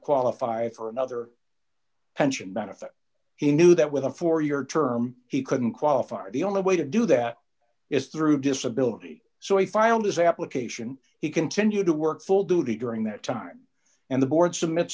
qualify for another pension benefit he knew that with a four year term he couldn't qualify the only way to do that is through disability so he filed his application he continued to work full duty during that time and the board submits